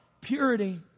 Purity